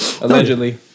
Allegedly